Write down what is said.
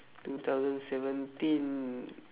two thousand seventeen